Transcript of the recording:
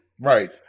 Right